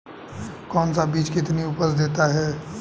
कौन सा बीज कितनी उपज देता है?